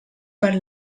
per